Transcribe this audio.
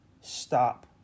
Stop